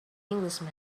englishman